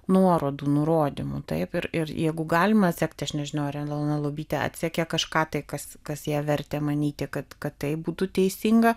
nuorodų nurodymų taip ir ir jeigu galima atsekti aš nežinau ar elona lubytė atsekė kažką tai kas kas ją vertė manyti kad kad taip būtų teisinga